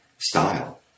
style